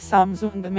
Samsung